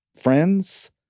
friends